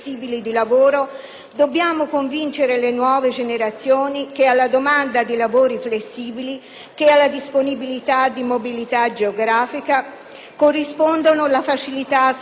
dobbiamo convincere le nuove che alla domanda di lavori flessibili, che alla disponibilità di mobilità geografica corrispondono la facilità a spostarsi,